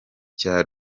cya